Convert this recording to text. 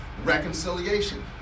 reconciliation